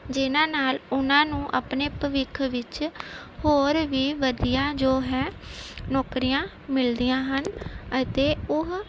ਜਿਨ੍ਹਾਂ ਨਾਲ ਉਹਨਾਂ ਨੂੰ ਆਪਣੇ ਭਵਿੱਖ ਵਿੱਚ ਹੋਰ ਵੀ ਵਧੀਆ ਜੋ ਹੈ ਨੌਕਰੀਆਂ ਮਿਲਦੀਆਂ ਹਨ ਅਤੇ ਉਹ